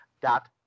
dot